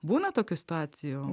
būna tokių situacijų